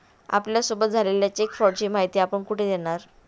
आपल्यासोबत झालेल्या चेक फ्रॉडची माहिती आपण कुठे देणार?